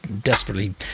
desperately